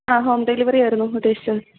ആ ഹോം ഡെലിവറിയായിരുന്നു ഉദ്ദേശിച്ചത്